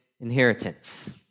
inheritance